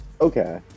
okay